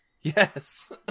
Yes